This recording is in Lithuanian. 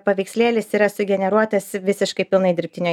paveikslėlis yra sugeneruotas visiškai pilnai dirbtinio